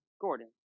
Gordon